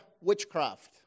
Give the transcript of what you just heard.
witchcraft